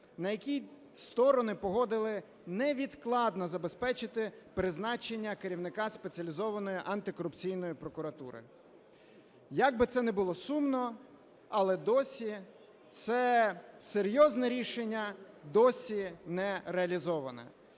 на якій сторони погодили невідкладно забезпечити призначення керівника Спеціалізованої антикорупційної прокуратури. Як би це не було сумно, але досі це серйозне рішення, досі не реалізовано.